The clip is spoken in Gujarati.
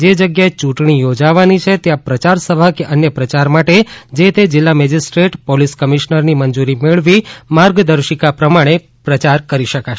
જે જગ્યાએ ચૂંટણી યોજવાની છે ત્યાં પ્રચાર સભા કે અન્ય પ્રચાર માટે જતે જિલ્લા મેજીસ્ટ્રેટ પોલીસ કમિશ્નરની મંજૂરી મેળવી માર્ગદર્શિકા પ્રમાણે પ્રચાર કરી શકાશે